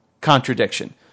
contradiction